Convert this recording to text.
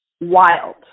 wild